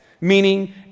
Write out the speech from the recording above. meaning